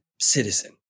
citizen